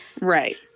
Right